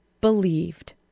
believed